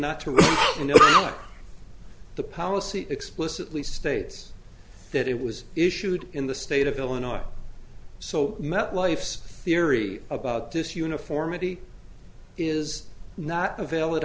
you know the policy explicitly states that it was issued in the state of illinois so met life's theory about this uniformity is not a valid